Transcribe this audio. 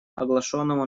оглашенному